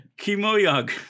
Kimoyog